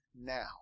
now